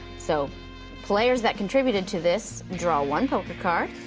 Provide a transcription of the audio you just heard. so players that contributed to this draw one poker card.